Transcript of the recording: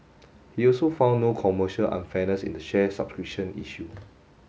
he also found no commercial unfairness in the share subscription issue